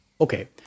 Okay